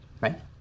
Right